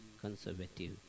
conservative